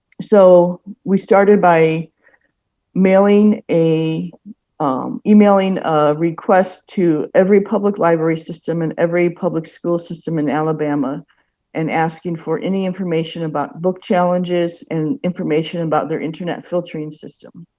so we started by mailing um emailing a request to every public library system and every public school system in alabama and asking for any information about book challenges and information about their internet filtering system.